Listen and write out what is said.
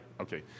Okay